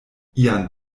ian